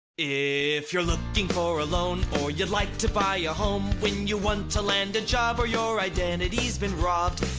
if you're looking for a loan or you'd like to buy a home, when you want to land a job or your identity's been robbed.